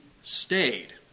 stayed